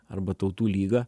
arba tautų lyga